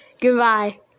Goodbye